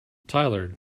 tyler